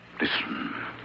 Listen